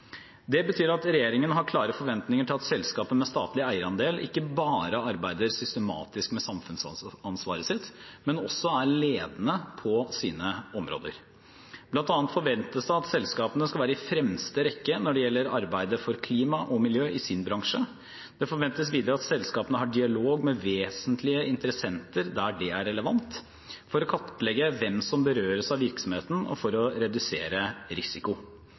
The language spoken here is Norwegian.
Det betyr at regjeringen har klare forventninger til at selskaper med statlig eierandel ikke bare arbeider systematisk med samfunnsansvaret sitt, men også er ledende på sine områder. Blant annet forventes det at selskapene skal være i fremste rekke når det gjelder arbeidet for klima og miljø i sin bransje. Det forventes videre at selskapene har dialog med vesentlige interessenter der det er relevant, for å kartlegge hvem som berøres av virksomheten, og for å redusere risiko.